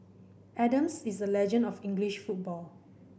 Adams is a legend of English football